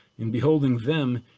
in beholding them,